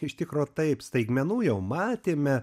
iš tikro taip staigmenų jau matėme